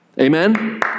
Amen